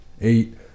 Eight